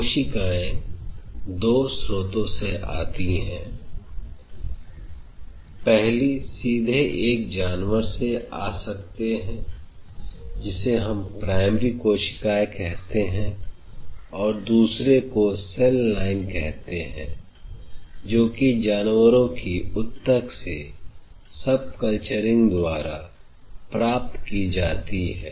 कोशिकाएं दो स्रोतों से आती है पहली सीधे एक जानवर से आ सकते हैं जिसे हम प्राइमरी कोशिकाएं कहते हैंऔर दूसरे को CELL LINE कहते हैं जो कि जानवरों की उत्तक से SUBCULTURING द्वारा प्राप्त की जाती है